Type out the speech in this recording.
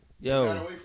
Yo